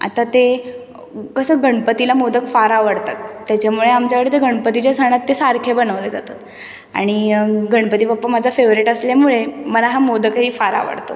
आता ते कसं गणपतीला मोदक फार आवडतात त्याच्यामुळे आमच्याकडे ते गणपतीच्या सणात ते सारखे बनवले जातात आणि गणपती बप्पा माझा फेवरेट असल्यामुळे मला हा मोदकही फार आवडतो